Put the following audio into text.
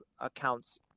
accounts